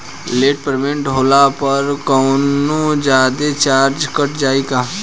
Late payment होला पर कौनोजादे चार्ज कट जायी का?